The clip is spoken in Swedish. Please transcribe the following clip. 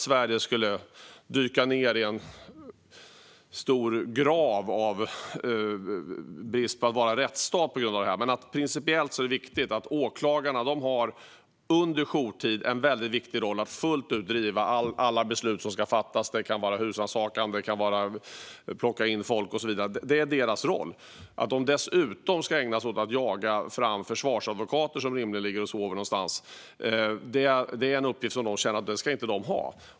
Sverige skulle inte dyka ned i en stor grav i brist på att vara en rättsstat på grund av detta. Men det är principiellt viktigt att åklagarna under jourtid har en väldigt viktig roll när det gäller att fullt ut driva alla beslut som ska fattas. Det kan vara husrannsakan, att plocka in folk och så vidare. Det är deras roll. Att dessutom ägna sig åt att jaga fram försvarsadvokater, som rimligen ligger och sover någonstans, är en uppgift de känner att de inte ska ha.